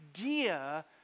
idea